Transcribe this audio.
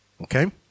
Okay